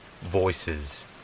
voices